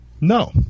No